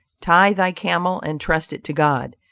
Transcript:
tie thy camel, and trust it to god!